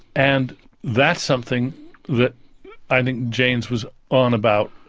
and that's something that i think jaynes was on about,